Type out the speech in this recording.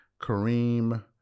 Kareem